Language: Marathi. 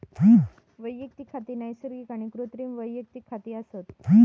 वैयक्तिक खाती नैसर्गिक आणि कृत्रिम वैयक्तिक खाती असत